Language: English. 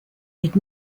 did